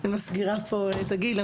וגם היה ריבוי של מעברים בין כיתה ז' ל-י"ב,